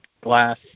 glass